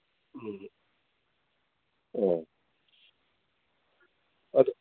ꯎꯝ ꯑꯣ ꯑꯗꯨ